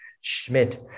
Schmidt